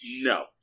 no